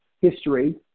history